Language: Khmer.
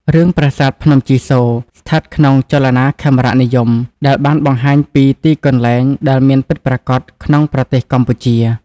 រឿង ប្រាសាទភ្នំជីសូរ ស្ថិតក្នុងចលនាខេមរនិយម ដែលបានបង្ហាញពី ទីកន្លែងដែលមានពិតប្រាកដក្នុងប្រទេសកម្ពុជា។